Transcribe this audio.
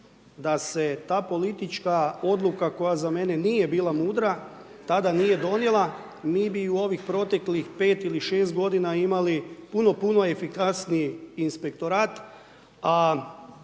Da se ta politička odluka koja za mene nije bila mudra, tada nije donijela, mi bi u ovih proteklih 5 ili 6 godina imali puno, puno efikasniji Inspektorat,